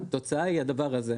התוצאה היא הדבר הזה,